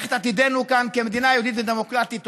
את עתידנו כאן כמדינה יהודית ודמוקרטית.